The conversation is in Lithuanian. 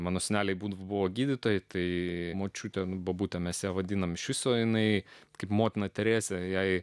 mano seneliai būdavo gydytojai tai močiutę bobute mes ją vadinam iš viso jinai kaip motina teresė jai